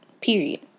period